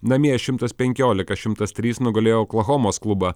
namie šimtas penkiolika šimtas trys nugalėjo oklahomos klubą